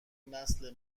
نسل